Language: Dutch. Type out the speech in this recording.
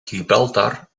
gibraltar